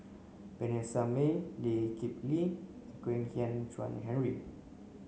Vanessa Mae Lee Kip Lee and Kwek Hian Chuan Henry